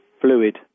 fluid